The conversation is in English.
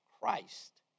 Christ